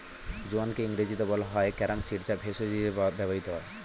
জোয়ানকে ইংরেজিতে বলা হয় ক্যারাম সিড যা ভেষজ হিসেবে ব্যবহৃত হয়